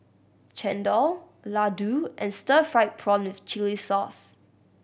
chendol laddu and stir fried prawn with chili sauce